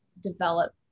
develop